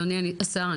אדוני השר,